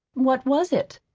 what was it?